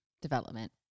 development